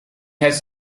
has